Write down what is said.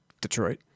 Detroit